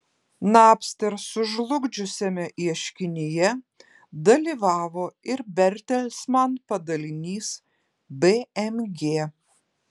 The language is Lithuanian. napster sužlugdžiusiame ieškinyje dalyvavo ir bertelsman padalinys bmg